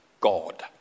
God